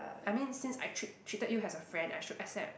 I mean since I treat treated you as a friend I should accept